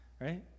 right